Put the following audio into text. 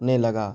نے لگا